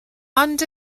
ond